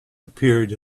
appeared